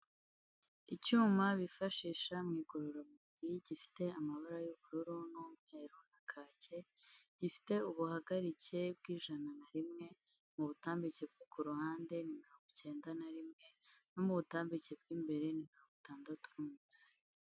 Icyuma bifashisha mu igororamubiri, gifite amabara y'ubururu n'umweru na kake, gifite ubuhagarike bw'ijana na rimwe, mu butambike bwo ku ruhande mirongo icyenda na rimwe no mu butambike bw'imbere ni mirongo itandatu n'umunani.